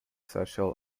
social